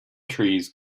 trees